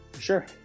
sure